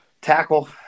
tackle